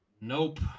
Nope